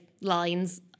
lines